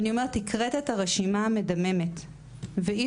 ואני אומרת הקראת את הרשימה המדממת וזה כאב